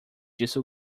disse